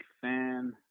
fan